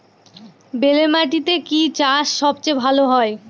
বেলে মাটিতে কি চাষ সবচেয়ে ভালো হয়?